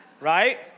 right